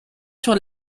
sur